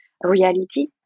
reality